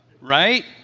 Right